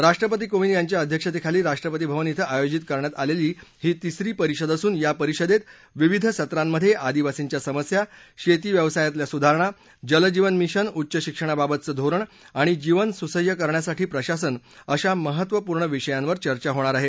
राष्ट्रपती कोविद यांच्या अध्यक्षतेखाली राष्ट्रपती भवन इथं आयोजित करण्यात आलेली ही तिसरी परिषद असून या परिषदेत विविध सत्रांमध्ये आदिवासींच्या समस्या शेती व्यक्सायातील सुधारणा जल जीवन मिशन उच्च शिक्षणाबाबतचे धोरण आणि जीवन सुसद्य करण्यासाठी प्रशासन अशा महत्वपूर्ण विषयांवर चर्चा होणार आहे